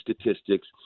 statistics